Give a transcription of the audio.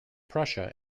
prussia